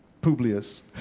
Publius